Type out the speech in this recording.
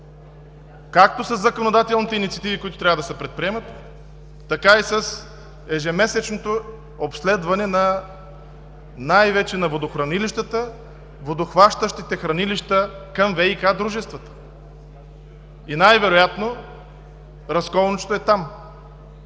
както със законодателните инициативи, които трябва да се предприемат, така и с ежемесечното обследване най-вече на водохранилищата, водохващащите хранилища към ВиК дружествата и най-вероятно разковничето е там.